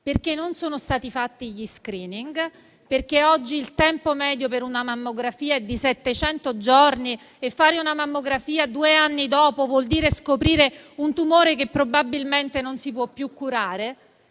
perché non sono stati fatti gli *screening*, perché oggi il tempo medio per una mammografia è di 700 giorni e fare una mammografia due anni dopo vuol dire scoprire un tumore che probabilmente non si può più curare,